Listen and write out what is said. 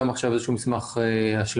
גם עכשיו הגשנו איזשהו מסמך השלמה,